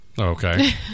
Okay